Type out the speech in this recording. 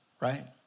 right